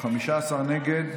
15 נגד.